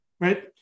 right